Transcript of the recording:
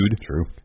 True